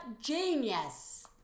genius